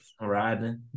Riding